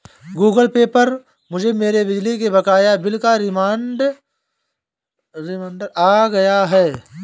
Google Pay पर मुझे मेरे बिजली के बकाया बिल का रिमाइन्डर आ गया था